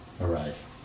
arise